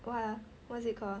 what ah what's it called ah